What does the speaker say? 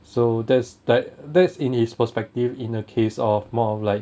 so that's like that's in his perspective in a case of more of like